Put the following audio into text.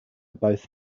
both